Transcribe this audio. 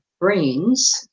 brains